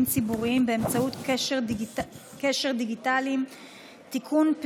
ציבוריים באמצעי קשר דיגיטליים (תיקון,